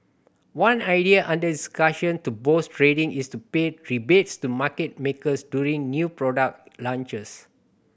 one idea under discussion to boost trading is to pay rebates to market makers during new product launches